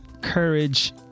courage